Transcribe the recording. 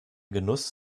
genuss